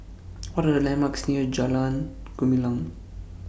What Are The landmarks near Jalan Gumilang